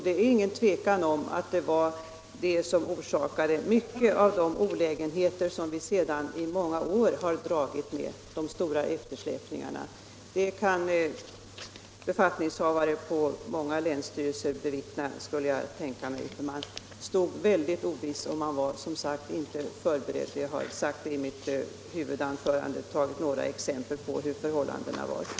Det är inget tvivel om att det var det som orsakade mycket av de olägenheter i form av eftersläpningar som vi sedan i många år har dragits med. Det kan befattningshavare på många länsstyrelser omvittna, skulle jag tänka mig. De var som sagt inte förberedda och därför mycket ovissa om hur de skulle arbeta. Det har jag sagt i mitt huvudanförande, där jag tagit några exempel på hur förhållandena har varit.